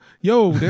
Yo